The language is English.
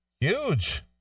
Huge